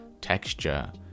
texture